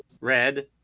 red